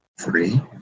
three